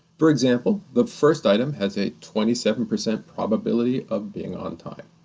for example, the first item has a twenty seven percent probability of being on time.